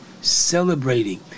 celebrating